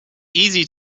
easy